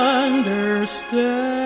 understand